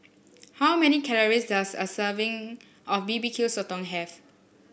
how many calories does a serving of B B Q Sotong have